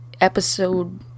episode